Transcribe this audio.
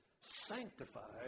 sanctified